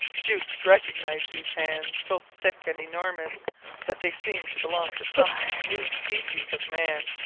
jukes recognized these hands, so thick and enormous that they seemed to belong to some new species of man.